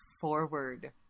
forward